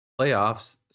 playoffs